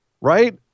Right